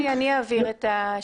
אני אעביר את השקפים.